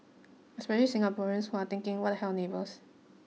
especially Singaporeans who are thinking what the hell neighbours